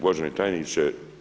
Uvaženi tajniče.